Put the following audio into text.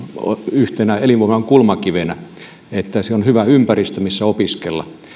yhtenä elinvoiman kulmakivenä niin että on hyvä ympäristö missä opiskella